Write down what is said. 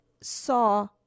saw